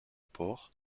porc